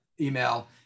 email